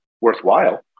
worthwhile